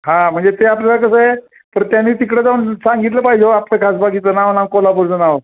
हा म्हणजे ते आपल्याला कसं आहे परत त्यानी तिकडं जाऊन सांगितलं पाहिजे आपलं खासबागेचं नाव नाव कोल्हापुरचं नाव